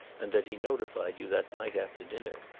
and that he notified you that night after dinner.